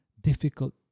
difficult